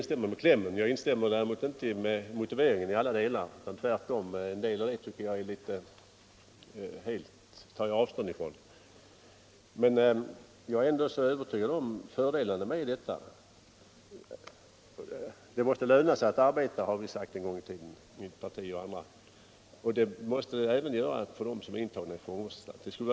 Däremot kan jag inte till alla delar instämma i motiveringen, utan tar tvärtom avstånd från en del av denna. Det måste löna sig att arbeta, sade både mitt parti och andra en gång i tiden. Detta gäller även för dem som är intagna på våra fångvårdsanstalter.